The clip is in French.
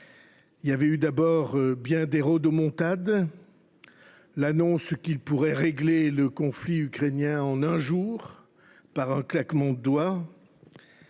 Il y avait eu, d’abord, bien des rodomontades : l’annonce selon laquelle il pourrait régler le conflit ukrainien en un jour, par un claquement de doigts.